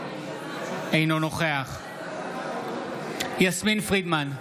אינו נוכח יסמין פרידמן,